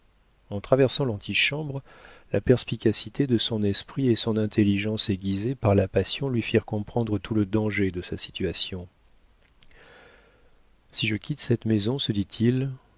en traversant l'antichambre la perspicacité de son esprit et son intelligence aiguisée par la passion lui firent comprendre tout le danger de sa situation si je quitte cette maison se dit-il